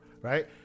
right